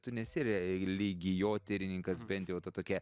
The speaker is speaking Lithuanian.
tu nesi religijotyrininkas bent jau ta tokia